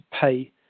pay